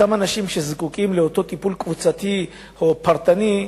אותם אנשים שנזקקים לאותו טיפול קבוצתי או פרטני,